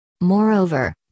Moreover